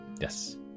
Yes